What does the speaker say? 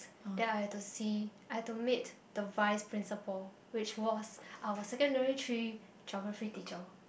then I have to see I have to meet the vice principle which was our secondary three geography teacher